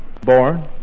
Born